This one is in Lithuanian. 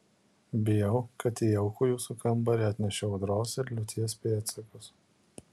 bijau kad į jaukų jūsų kambarį atnešiau audros ir liūties pėdsakus